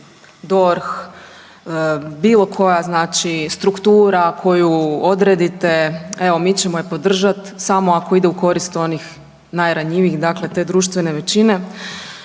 DORH, bilo koja znači struktura koju odredite, evo mi ćemo je podržati samo ako ide u korist onih najranjivijih, dakle te društvene većine.